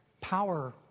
power